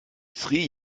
sri